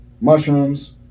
mushrooms